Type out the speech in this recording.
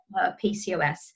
PCOS